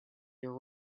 your